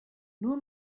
nur